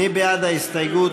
מי בעד ההסתייגות?